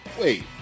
Wait